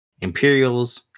Imperials